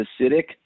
acidic